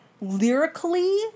lyrically